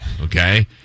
okay